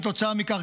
כתוצאה מכך,